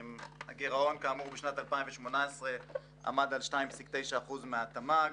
בשנת 2019 עמד הגירעון על 2.9% מהתמ"ג.